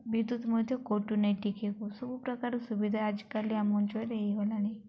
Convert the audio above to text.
ବିଦ୍ୟୁତ୍ ମଧ୍ୟ କଟୁନାହିଁ ଟିକିଏ ବି ସବୁ ପ୍ରକାର ସୁବିଧା ଆମ ଅଞ୍ଚଳରେ ହୋଇଗଲାଣି